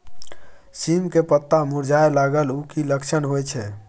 सीम के पत्ता मुरझाय लगल उ कि लक्षण होय छै?